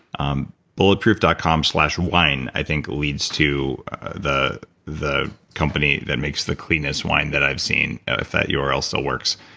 um bulletproof dot com slash and wine, i think leads to the the company that makes the cleanest wine that i've seen, ah if that url still works,